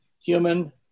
human